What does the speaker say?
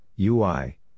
UI